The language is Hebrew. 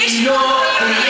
כי אם לא, היא